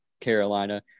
Carolina